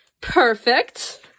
Perfect